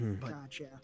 Gotcha